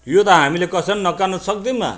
यो त हामीले कसैले पनि नकार्नु सक्दैनौँ